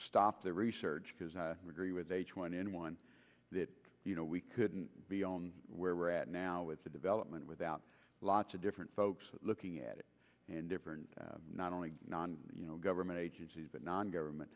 stop the research because with h one n one you know we couldn't be on where we're at now with the development without lots of different folks looking at it and different not only non you know government agencies but non government